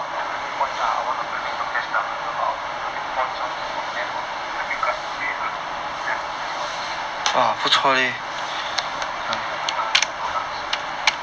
optimal points ah you will be awarded your cashback whatever but our credit points from then from then on I build customer base ah ya that's all lor ya you can take a look lah the products let me know